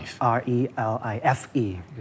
R-E-L-I-F-E